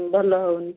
ଭଲ ହେଉନି